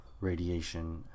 radiation